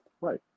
Right